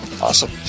Awesome